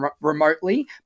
remotely